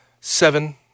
seven